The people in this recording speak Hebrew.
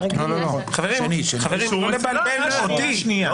חברים, לא לבלבל אותי.